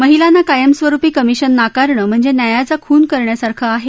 महिलांना कायमस्वरूपी कमिशन नाकारणं म्हणजे न्यायाचा खून कल्यासारखं आहे